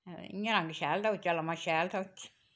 इ'यां रंग शैल दा उच्चा लम्मा शैल हा